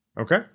okay